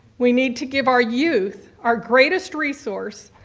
we need to give our youth our greatest resource,